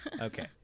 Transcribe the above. Okay